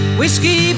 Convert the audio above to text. whiskey